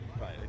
Right